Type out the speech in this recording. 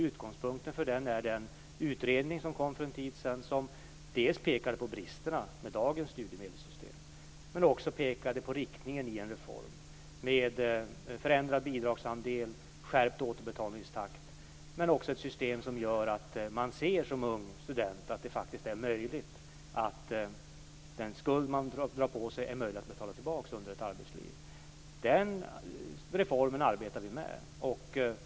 Utgångspunkten för den är den utredning som kom för en tid sedan som pekade på bristerna i dagens studiemedelssystem men också på riktningen i en reform med förändrad bidragsandel och skärpt återbetalningstakt och ett system som gör att en ung student ser att den skuld han drar på sig är möjlig att betala tillbaka under ett arbetsliv. Den reformen arbetar vi med.